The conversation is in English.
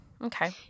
Okay